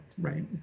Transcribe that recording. right